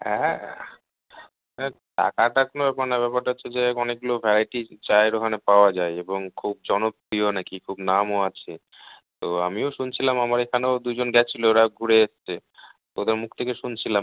হ্যাঁ না টাকাটা কোনো ব্যাপার না ব্যাপারটা হচ্ছে যে অনেকগুলো ভ্যারাইটির চায়ের ওখানে পাওয়া যায় এবং খুব জনপ্রিয় না কি খুব নামও আছে তো আমিও শুনছিলাম আমার এখানেও দুজন গেছিলো ওরা ঘুরে এসছে ওদের মুখ থেকে শুনছিলাম